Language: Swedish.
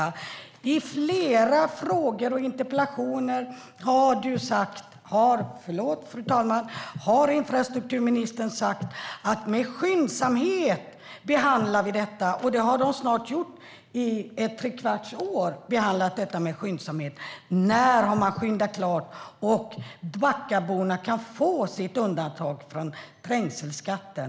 När det gäller flera frågor och interpellationer har infrastrukturministern sagt: Med skyndsamhet behandlar vi detta. Det har man snart gjort i tre kvarts år. När har man skyndat klart? När kan Backaborna få sitt undantag från trängselskatten?